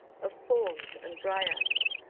of fauns and dryads,